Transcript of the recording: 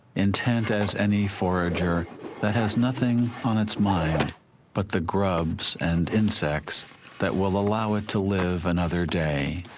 intent as any forager that has nothing on its mind but the grubs and insects that will allow it to live another day.